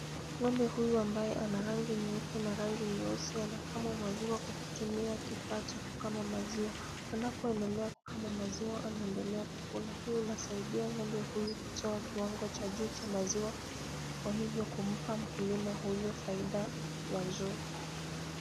Ng'ombe huyu ambaye ana rangi nyeupe na rangi nyeusi, anakamwa maziwa kwa kutumia kifaa cha kukama maziwa. Anapoendelea kukamwa maziwa anaendelea, kukula. Hii inasaidia ng'ombe huyu kutoa kiwango cha juu cha maziwa, kwa hivyo kumpa mkulima huyu faida ya juu ya maziwa.